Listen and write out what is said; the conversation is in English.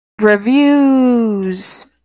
reviews